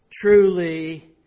Truly